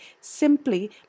simply